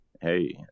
hey